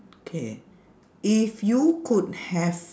K if you could have